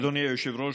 אדוני היושב-ראש,